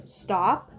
stop